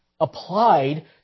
applied